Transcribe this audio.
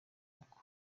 uko